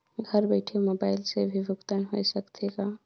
घर बइठे मोबाईल से भी भुगतान होय सकथे का?